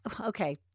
Okay